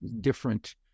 different